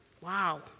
Wow